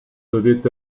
devaient